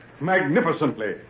Magnificently